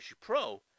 Pro